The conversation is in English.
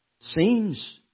seems